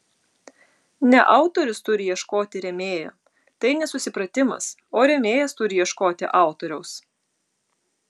ne autorius turi ieškoti rėmėjo tai nesusipratimas o rėmėjas turi ieškoti autoriaus